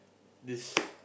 this